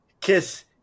Kiss